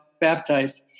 baptized